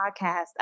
podcast